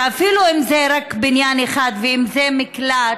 אפילו אם זה רק בניין אחד ואם זה מקלט,